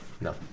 No